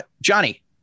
Johnny